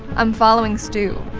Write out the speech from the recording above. i'm following stu,